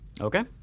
Okay